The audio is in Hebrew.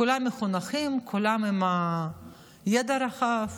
כולם מחונכים, כולם עם ידע רחב,